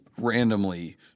randomly